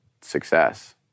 success